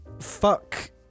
Fuck